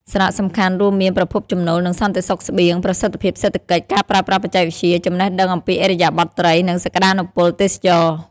សារៈសំខាន់រូមមានប្រភពចំណូល និងសន្តិសុខស្បៀង ប្រសិទ្ធភាពសេដ្ឋកិច្ច ការប្រើប្រាស់បច្ចេកវិទ្យា ចំណេះដឹងអំពីឥរិយាបថត្រី និងសក្តានុពលទេសចរណ៍។